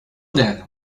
then